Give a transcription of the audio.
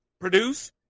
Produce